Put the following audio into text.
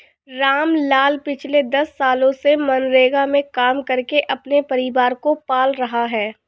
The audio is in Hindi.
रामलाल पिछले दस सालों से मनरेगा में काम करके अपने परिवार को पाल रहा है